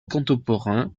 rencontrer